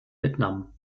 vietnam